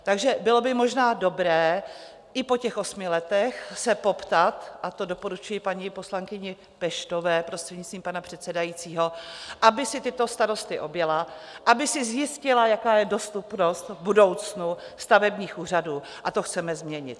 Takže bylo by možná dobré i po těch osmi letech se poptat, a to doporučuji paní poslankyni Peštové, prostřednictvím pana předsedajícího, aby si tyto starosty objela, aby si zjistila, jaká je dostupnost v budoucnu stavebních úřadů, a to chceme změnit.